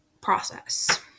process